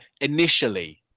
initially